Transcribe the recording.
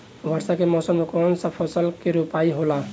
वर्षा के मौसम में कौन सा फसल के रोपाई होला?